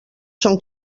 són